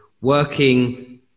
working